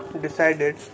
Decided